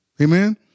Amen